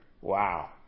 Wow